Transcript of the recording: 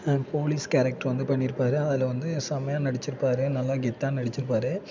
police character வந்து பண்ணியிருப்பாரு அதில் வந்து செம்மையாக நடிச்சிருப்பார் நல்ல கெத்தாக நடிச்சிருப்பார்